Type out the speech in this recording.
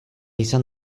izan